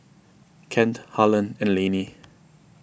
Kent Harland and Lanie